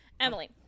Emily